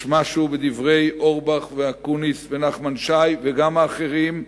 יש משהו בדברי אורבך, אקוניס ונחמן שי, וגם אחרים,